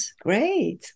Great